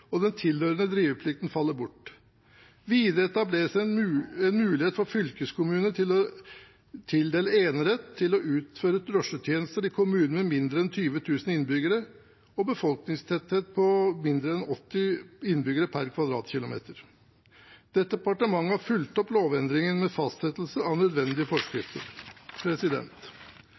og den tilhørende driveplikten faller bort. Videre etableres det en mulighet for fylkeskommunene til å tildele enerett til å utføre drosjetjenester i kommuner med mindre enn 20 000 innbyggere og en befolkningstetthet på mindre enn 80 innbyggere per kvadratkilometer. Departementet har fulgt opp lovendringen med fastsettelse av nødvendige forskrifter.